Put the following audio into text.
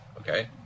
Okay